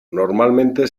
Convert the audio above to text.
normalmente